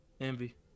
Envy